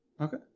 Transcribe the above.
Okay